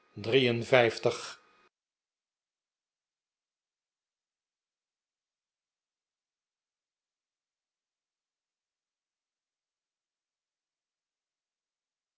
acht en vijftig